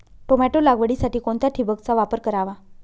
Tomato लागवडीसाठी कोणत्या ठिबकचा वापर करावा?